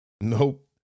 Nope